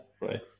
right